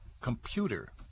computer